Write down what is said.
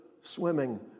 swimming